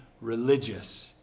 religious